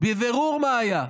בבירור מה היה.